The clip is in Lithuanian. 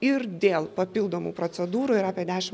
ir dėl papildomų procedūrų yra apie dešimt